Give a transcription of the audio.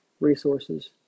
resources